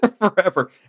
forever